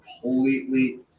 completely